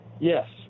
Yes